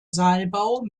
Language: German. saalbau